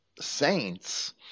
saints